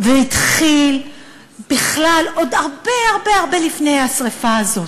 זה התחיל בכלל עוד הרבה הרבה הרבה לפני השרפה הזאת,